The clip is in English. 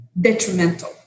detrimental